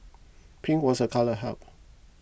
pink was a colour health